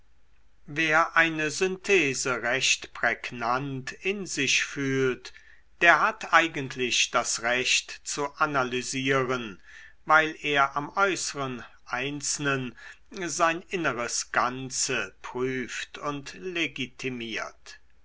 wer eine synthese recht prägnant in sich fühlt der hat eigentlich das recht zu analysieren weil er am äußeren einzelnen sein inneres ganze prüft und legitimiert